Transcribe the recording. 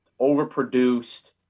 overproduced